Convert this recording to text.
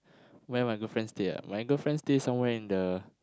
where my girlfriend stay ah my girlfriend stay somewhere in the